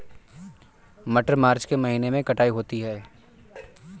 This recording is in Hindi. मटर मार्च के महीने कटाई होती है?